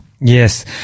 Yes